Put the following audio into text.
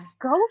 go